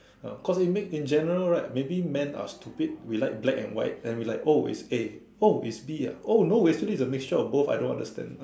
um cause it may~ in general right maybe men are stupid we like black and white then we like oh it's A oh it's B ah oh no actually the mixture of both I don't understand